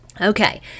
Okay